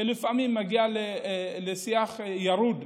שלפעמים מגיע לשיח ירוד,